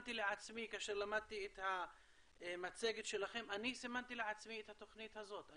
כאשר למדתי את המצגת שלכם אני סימנתי לעצמי את התוכנית הזאת.